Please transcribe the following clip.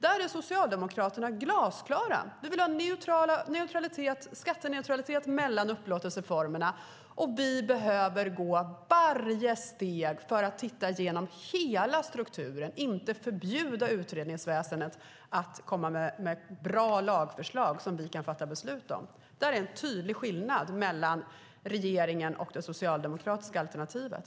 Där är vi socialdemokrater glasklara, nämligen att det ska råda skatteneutralitet mellan upplåtelseformerna. Vi behöver gå steg för steg och titta igenom hela strukturen och inte heller förbjuda utredningsväsendet att lägga fram bra lagförslag som vi kan fatta beslut om. Där finns en tydlig skillnad mellan regeringen och det socialdemokratiska alternativet.